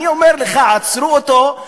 אני אומר לך, עצרו אותו,